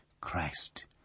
Christ